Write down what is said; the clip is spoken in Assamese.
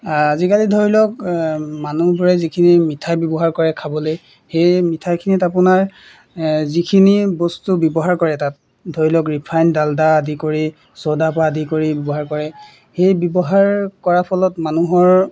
আজিকালি ধৰি লওক মানুহবোৰে যিখিনি মিঠাই ব্যৱহাৰ কৰে খাবলে সেই মিঠাইখিনিত আপোনাৰ যিখিনি বস্তু ব্যৱহাৰ কৰে তাত ধৰি লওক ৰিফাইন ডালদা আদি কৰি চ'দাৰ পৰা আদি কৰি ব্যৱহাৰ কৰে সেই ব্যৱহাৰ কৰাৰ ফলত মানুহৰ